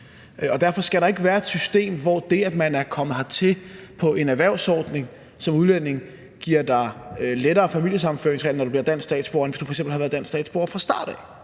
derfor skal der ikke være et system, hvor det, at man er kommet hertil på en erhvervsordning som udlænding, giver en lempeligere familiesammenføringsregler, når man bliver dansk statsborger, end hvis man